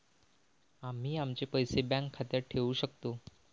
आम्ही आमचे पैसे बँक खात्यात ठेवू शकतो